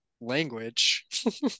language